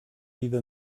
vida